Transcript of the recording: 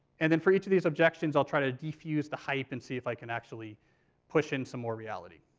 and then for each of these objections, i'll try to defuse the hype and see if i can actually push in some more reality.